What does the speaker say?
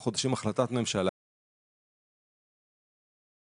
חודשים החלטת ממשלה שכבר הגדילה אותם